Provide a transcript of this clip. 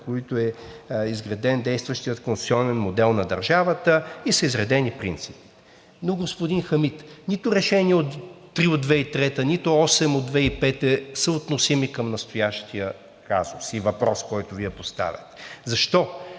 които е изграден действащият конституционен модел на държавата.“ И са изредени принципите. Но, господин Хамид, нито Решение № 3 от 2003 г., нито Решение № 8 от 2005 г. са относими към настоящия казус и въпрос, който Вие поставяте. Защо?